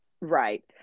Right